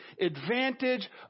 advantage